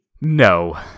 No